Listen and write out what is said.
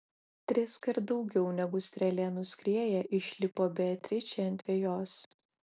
triskart daugiau negu strėlė nuskrieja išlipo beatričė ant vejos